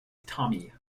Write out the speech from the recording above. tommy